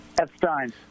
Epstein